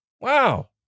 Wow